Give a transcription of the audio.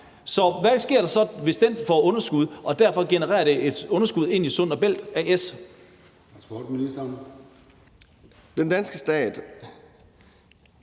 Så hvad sker der, hvis den får underskud og det derfor genererer et underskud i Sund & Bælt A/S? Kl.